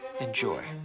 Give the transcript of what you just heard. Enjoy